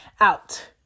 out